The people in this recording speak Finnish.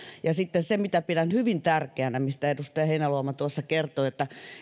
sitten pidän hyvin tärkeänä sitä mistä edustaja heinäluoma kertoi että